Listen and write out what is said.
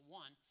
one